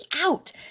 out